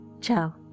Ciao